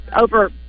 over